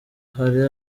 hari